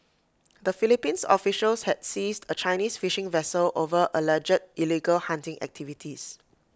the Philippines officials had seized A Chinese fishing vessel over alleged illegal hunting activities